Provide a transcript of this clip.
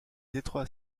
étroits